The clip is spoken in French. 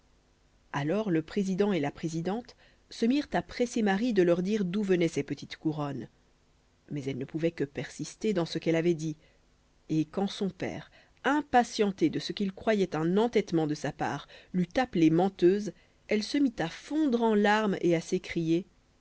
alors le président et la présidente se mirent à presser marie de leur dire d'où venaient ces petites couronnes mais elle ne pouvait que persister dans ce qu'elle avait dit et quand son père impatienté de ce qu'il croyait un entêtement de sa part l'eut appelée menteuse elle se mit à fondre en larmes et à s'écrier